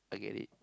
I get it